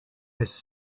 his